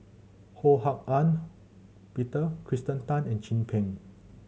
Ho Hak Ean Peter Kirsten Tan and Chin Peng